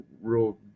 real